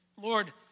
Lord